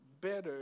better